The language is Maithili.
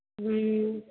हँ